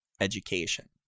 education